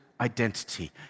identity